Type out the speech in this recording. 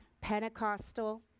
Pentecostal